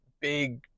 big